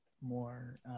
more